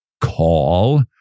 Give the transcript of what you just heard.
call